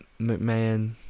McMahon